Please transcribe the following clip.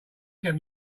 get